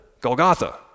Golgotha